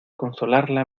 consolarla